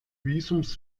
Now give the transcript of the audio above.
visums